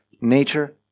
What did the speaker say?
nature